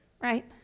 right